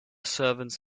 servants